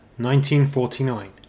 1949